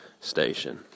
station